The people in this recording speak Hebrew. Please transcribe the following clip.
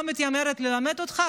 אני לא מתיימרת ללמד אותך,